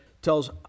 Tells